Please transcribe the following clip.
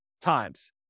times